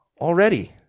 Already